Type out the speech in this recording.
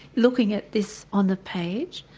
looking at this on the page.